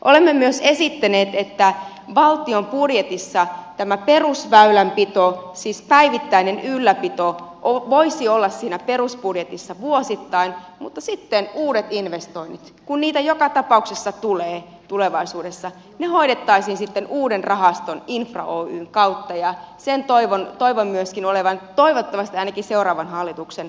olemme myös esittäneet että valtion budjetissa tämä perusväylänpito siis päivittäinen ylläpito voisi olla siinä perusbudjetissa vuosittain mutta sitten uudet investoinnit kun niitä joka tapauksessa tulee tulevaisuudessa hoidettaisiin uuden rahaston infra oyn kautta ja sen toivon myöskin olevan toivottavasti ainakin seuraavan hallituksen ohjelmassa